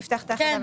אפתח את ההחלטה.